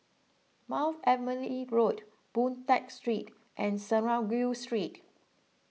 Mount Emily E Road Boon Tat Street and Synagogue Street